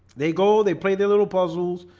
they go they play their little puzzles